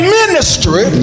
ministry